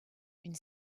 une